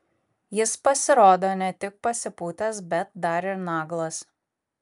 jis pasirodo ne tik pasipūtęs bet dar ir naglas